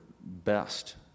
best